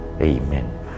Amen